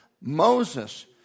Moses